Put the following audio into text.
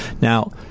Now